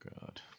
God